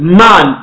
man